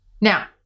Now